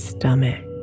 Stomach